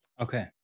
Okay